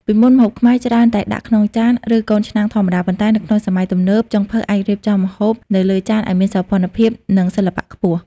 ពីមុន ម្ហូបខ្មែរច្រើនតែដាក់ក្នុងចាន ឬកូនឆ្នាំងធម្មតា ប៉ុន្តែនៅក្នុងសម័យទំនើប ចុងភៅអាចរៀបចំម្ហូបនៅលើចានឲ្យមានសោភ័ណភាព និងសិល្បៈខ្ពស់។